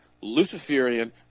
luciferian